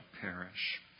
perish